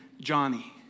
Johnny